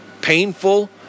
painful